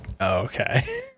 okay